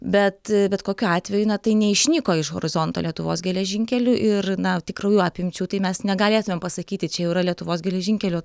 bet bet kokiu atveju na tai neišnyko iš horizonto lietuvos geležinkelių ir na tikrųjų apimčių tai mes negalėtumėm pasakyti čia jau yra lietuvos geležinkelių